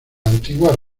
antigua